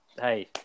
hey